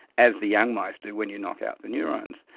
as the young mice do when you knock out the neurons.